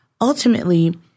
ultimately